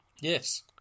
Yes